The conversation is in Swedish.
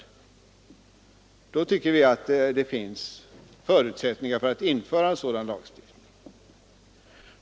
Då tycker vi att det finns förutsättningar för att införa en sådan lagstiftning.